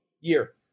year